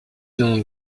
noms